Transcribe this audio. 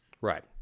right